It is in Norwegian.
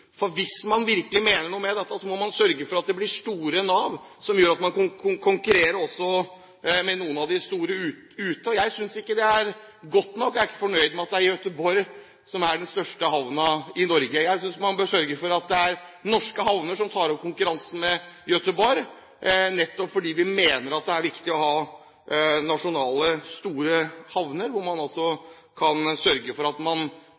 Hvis man virkelig mener noe med dette, må man sørge for at det blir store nav, som gjør at man konkurrerer også med noen av de store ute. Jeg synes ikke det er godt nok, jeg er ikke fornøyd med at det er Göteborg som er den største havnen i Norge. Jeg synes man bør sørge for at norske havner tar opp konkurransen med Göteborg, nettopp fordi vi mener at det er viktig å ha nasjonale, store havner, og sørger for at man gjør det man sier i festtalene, nemlig å flytte gods fra vei og over til sjøtransport. Jeg håper virkelig at